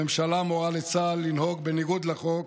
הממשלה מורה לצה"ל לנהוג בניגוד לחוק,